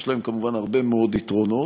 יש להם כמובן הרבה מאוד יתרונות.